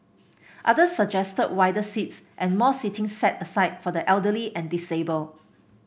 others suggested wider seats and more seating set aside for the elderly and disabled